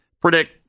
predict